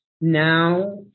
now